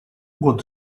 what